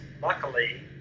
luckily